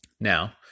Now